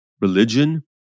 Religion